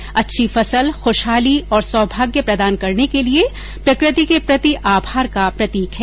यह त्यौहार अच्छी फसल खुशहाली और सौभाग्य प्रदान करने के लिए प्रकृति के प्रति आभार का प्रतीक है